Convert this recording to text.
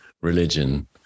religion